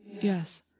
Yes